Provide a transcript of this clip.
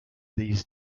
these